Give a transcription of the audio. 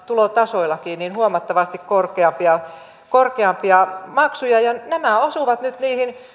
tulotasoilla huomattavasti korkeampia korkeampia maksuja nämä osuvat nyt niihin